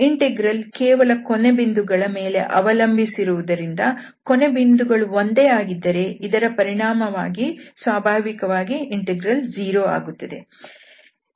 integral ಕೇವಲ ಕೊನೆಬಿಂದುಗಳ ಮೇಲೆ ಅವಲಂಬಿಸಿರುವುದರಿಂದ ಕೊನೆ ಬಿಂದುಗಳು ಒಂದೇ ಆಗಿದ್ದರೆ ಇದರ ಪರಿಣಾಮವಾಗಿ ಸ್ವಾಭಾವಿಕವಾಗಿ ಇಂಟೆಗ್ರಲ್ 0 ಆಗುತ್ತದೆ